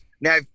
now